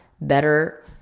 better